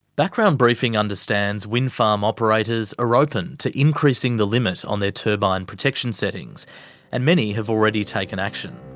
background briefing understands wind farm operators are open to increasing the limit on their turbine protection settings and many have already taken action.